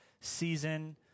season